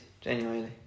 genuinely